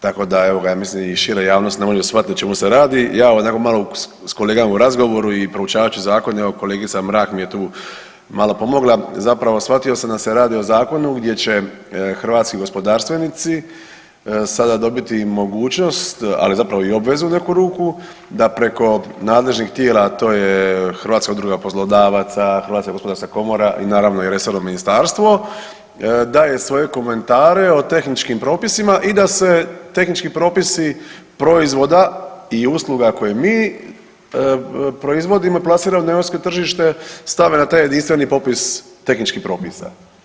Tako da evo ga ja mislim i šira javnost ne može shvatiti o čemu se radi, …/nerazumljivo/… s kolegama u razgovoru i proučavajući zakon evo kolegica Mrak mi je tu malo pomogla zapravo shvatio sam da se radi o zakonu gdje će hrvatski gospodarstvenici sada dobiti mogućnost ali zapravo i obvezu u neku ruku da preko nadležnih tijela, a to je Hrvatska udruga poslodavaca, Hrvatska gospodarska komora i naravno i resorno ministarstvo daje svoje komentare o tehničkim propisima i da se tehnički propisi proizvoda i usluga koje proizvodimo i plasiramo na europsko tržište stave na taj jedinstveni popis tehničkih propisa.